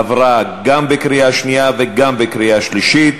עברה גם בקריאה שנייה וגם בקריאה שלישית,